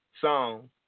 song